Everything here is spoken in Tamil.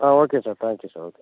ah okay sir thank you sir okay sir